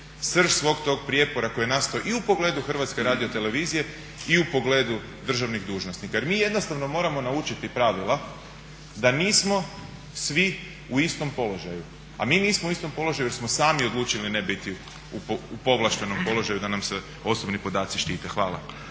srž svog tog prijepora koji je nastao i u pogledu Hrvatske radiotelevizije i u pogledu državnih dužnosnika. Jer mi jednostavno moramo naučiti pravila da nismo svi u istom položaju. A mi nismo u istom položaju jer smo sami odlučili ne biti u povlaštenom položaju da nam se osobni podaci štite. Hvala.